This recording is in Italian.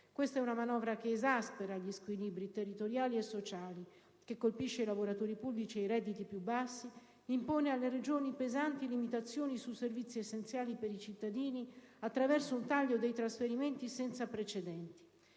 Questa è una manovra che esaspera gli squilibri territoriali e sociali, che colpisce i lavoratori pubblici ed i redditi più bassi e che impone alle Regioni pesanti limitazioni sui servizi essenziali per i cittadini attraverso un taglio dei trasferimenti senza precedenti.